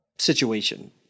Situation